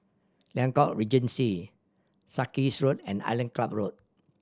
Liang Court Regency Sarkies Road and Island Club Road